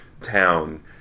town